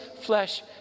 flesh